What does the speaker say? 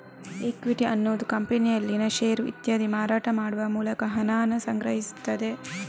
equity ಅನ್ನುದು ಕಂಪನಿಯಲ್ಲಿನ share ಇತ್ಯಾದಿ ಮಾರಾಟ ಮಾಡುವ ಮೂಲಕ ಹಣಾನ ಸಂಗ್ರಹಿಸ್ತದೆ